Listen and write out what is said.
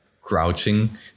crouching